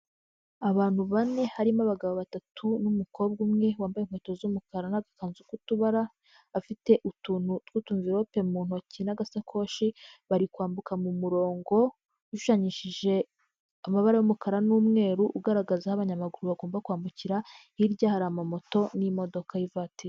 Abantu bane, harimo abagabo batatu n'umukobwa umwe wambaye inkweto z'umukara n'agakanzu k'utubara, afite utuntu tw'utumvirope mu ntoki n'agasakoshi, bari kwambuka mu murongo ushushanyishije amabara y'umukara n'umweru ugaragaza aho abanyamaguru bagomba kwambukira, hirya hari amamoto n'imodoka y'ivatiri.